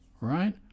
Right